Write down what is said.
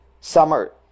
Summer